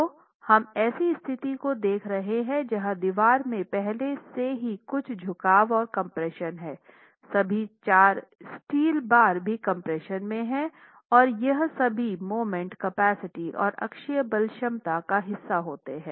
तो हम ऐसी स्थिति को देख रहे हैं जहां दीवार में पहले से ही कुछ झुकाव और कम्प्रेशन है सभी चार स्टील बार भी कम्प्रेशन में हैं और यह सभी मोमेंट कैपेसिटी और अक्षीय बल क्षमता का हिस्सा होते हैं